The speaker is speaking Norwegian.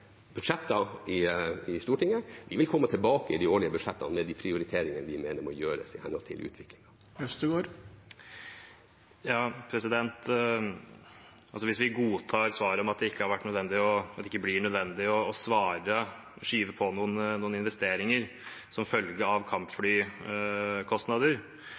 i Stortinget. Vi vil komme tilbake i de årlige budsjettene med de prioriteringer vi mener må gjøres i henhold til utviklingen. Hvis vi godtar svaret om at det ikke har vært nødvendig, og ikke blir nødvendig, å skyve på noen investeringer som følge av